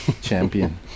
champion